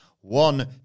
One